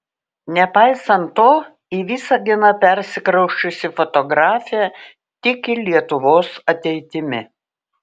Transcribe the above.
nepaisant to į visaginą persikrausčiusi fotografė tiki lietuvos ateitimi